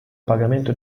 pagamento